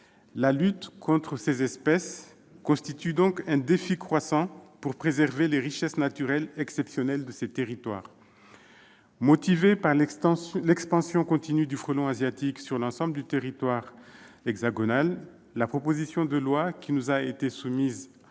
La lutte contre ces espèces constitue donc un défi croissant pour préserver les richesses naturelles exceptionnelles de ces territoires. Motivée par l'expansion continue du frelon asiatique sur l'ensemble du territoire hexagonal, la proposition de loi, qui nous a été soumise